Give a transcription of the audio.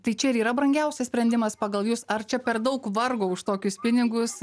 tai čia ir yra brangiausias sprendimas pagal jus ar čia per daug vargo už tokius pinigus